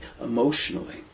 emotionally